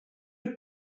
have